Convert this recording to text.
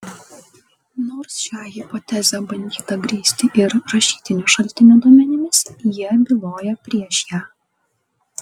nors šią hipotezę bandyta grįsti ir rašytinių šaltinių duomenimis jie byloja prieš ją